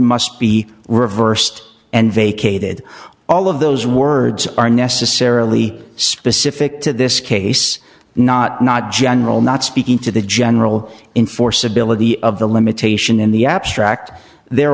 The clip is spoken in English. must be reversed and vacated all of those words are necessarily specific to this case not not general not speaking to the general in force ability of the limitation in the abstract they're